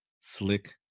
Slick